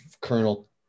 Colonel